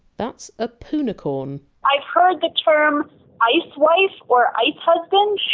that's a! poonicorn! i've heard the term ice wife or ice husband